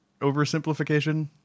oversimplification